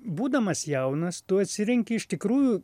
būdamas jaunas tu atsirenki iš tikrųjų